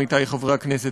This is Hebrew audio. עמיתי חברי הכנסת,